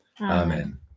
Amen